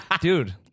Dude